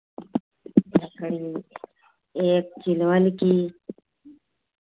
लकड़ी एक चिलवन की